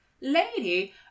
lady